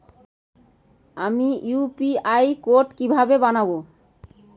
আমি UPI code কিভাবে বানাব?